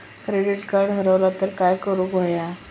Credit card हरवला तर काय करुक होया?